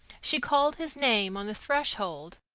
she called his name on the threshold,